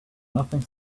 nothing